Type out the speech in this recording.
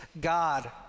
God